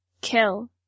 Kill